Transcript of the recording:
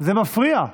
זה מפריע.